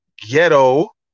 ghetto